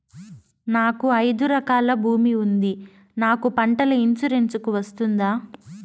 నాకు ఐదు ఎకరాల భూమి ఉంది నాకు పంటల ఇన్సూరెన్సుకు వస్తుందా?